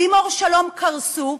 ואם "אור שלום" קרסו,